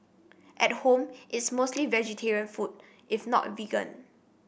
at home it's mostly vegetarian food if not a vegan